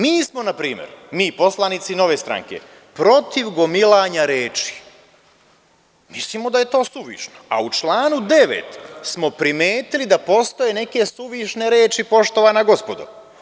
Mi smo na primer, mi poslanici Nove stranke, protiv gomilanja reči, mislimo da je to suvišno, a u članu 9. smo primetili da postoje neke suvišne reči, poštovana gospodo.